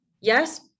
yes